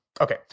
okay